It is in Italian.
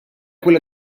quella